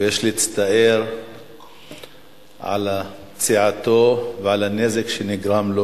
ויש להצטער על פציעתו ועל הנזק שנגרם לו.